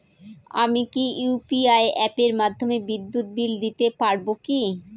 আমি কি ইউ.পি.আই অ্যাপের মাধ্যমে বিদ্যুৎ বিল দিতে পারবো কি?